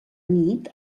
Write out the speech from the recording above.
nit